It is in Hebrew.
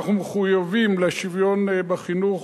אנחנו מחויבים לשוויון בחינוך.